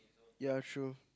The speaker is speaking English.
ya true